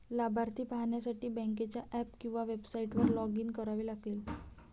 लाभार्थी पाहण्यासाठी बँकेच्या ऍप किंवा वेबसाइटवर लॉग इन करावे लागेल